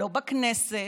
לא בכנסת,